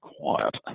quiet